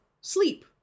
sleep